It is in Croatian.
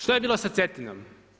Što je bilo sa Cetinom?